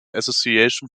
association